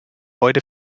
heute